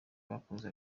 bakoze